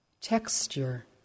texture